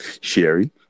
Sherry